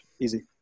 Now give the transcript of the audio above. easy